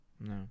No